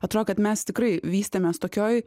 atrodo kad mes tikrai vystėmės tokioj